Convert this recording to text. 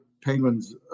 penguins